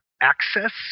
Access